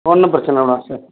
ஒன்றும் பிரச்சனை இல்லை மேடம் சரி